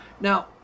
Now